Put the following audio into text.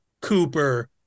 cooper